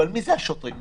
אבל מי זה השוטרים האלה?